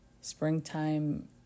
Springtime